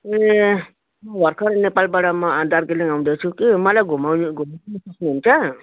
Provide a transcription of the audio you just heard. ए भर्खर नेपालबाट म दार्जिलिङ आउँदैछु कि मलाई घुमाउने घुमाउनु सक्नुहुन्छ